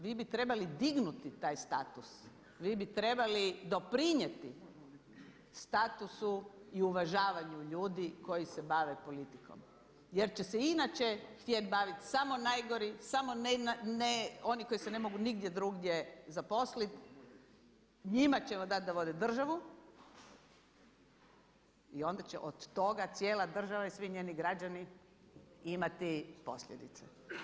Vi bi trebali dignuti taj status, vi bi trebali doprinijeti statusu i uvažavanju ljudi koji se bave politikom jer će se inače htjeti baviti samo najgori, samo oni koji se ne mogu nigdje drugdje zaposliti, njima ćemo dati da vode državu i onda će od toga cijela država i svi njeni građani imati posljedice.